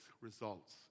results